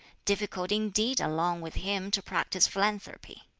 difficult indeed along with him to practise philanthropy!